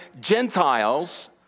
Gentiles